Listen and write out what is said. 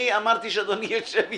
אני אמרתי שאדוני ישב איתם.